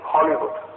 Hollywood